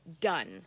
done